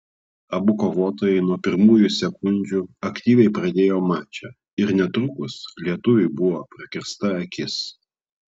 abu kovotojai nuo pirmųjų sekundžių aktyviai pradėjo mačą ir netrukus lietuviui buvo prakirsta akis